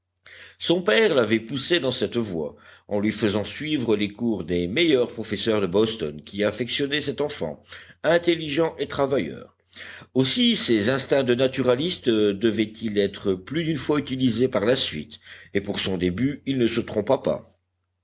son père l'avait poussé dans cette voie en lui faisant suivre les cours des meilleurs professeurs de boston qui affectionnaient cet enfant intelligent et travailleur aussi ses instincts de naturaliste devaient-ils être plus d'une fois utilisés par la suite et pour son début il ne se trompa pas